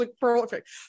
perfect